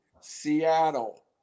Seattle